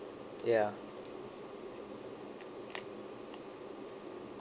ya